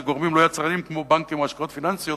זה גורמים לא יצרניים כמו בנקים או השקעות פיננסיות,